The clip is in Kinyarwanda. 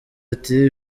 ati